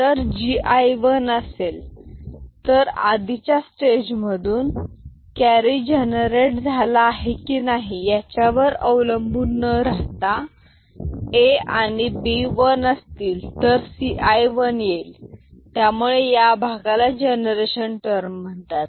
जर Gi one असेल तर आधीच्या स्टेज मधून कॅरी जनरेट झाला आहे की नाही याच्यावर अवलंबून न राहता A आणि B वन असतील तर Ci वन येईल त्यामुळे या भागाला जनरेशन टर्म म्हणतात